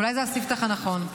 אולי זה הספתח הנכון.